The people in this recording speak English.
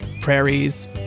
prairies